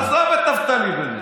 עזוב את נפתלי בנט,